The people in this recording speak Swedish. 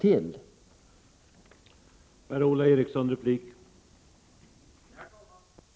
Gränsen måste gå någonstans.